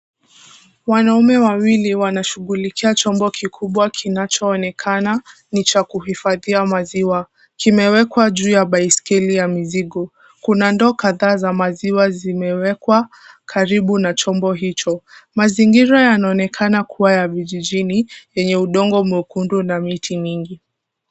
Wanaume wawili wanashughulikia chombo kikubwa kinachoonekana ni cha kuhifadhia maziwa. Kimewekwa juu ya baiskeli ya mizigo. Kuna ndoo kadhaa za maziwa zimewekwa karibu na chombo hicho. Mazingira yanaonekana kuwa ya vijijini yenye udongo mwekundu na miti mingi.